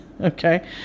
Okay